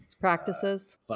practices